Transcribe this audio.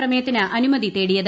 പ്രമേയത്തിന് അനുമതി തേടിയത്